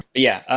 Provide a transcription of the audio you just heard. yeah,